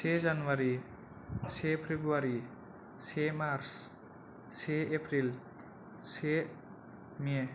से जानुवारि से फेब्रुवारि से मार्च से एप्रिल से मे